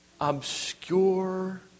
obscure